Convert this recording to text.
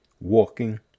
walking